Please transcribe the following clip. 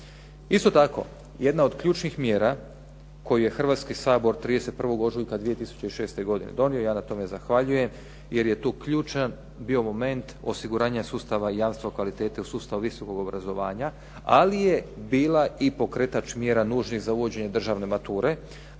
Isto tako, jedna od ključnih mjera koju je Hrvatski sabor 31. ožujka 2006. godine donio, ja na tome zahvaljujem jer je tu ključan bio moment osiguranja sustava i jamstvo kvalitete u sustavu visokog obrazovanja, ali je bila i pokretač mjera nužnih za uvođenje državne mature,